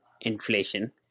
inflation